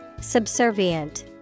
Subservient